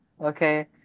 Okay